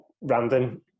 random